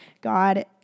God